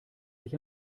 sich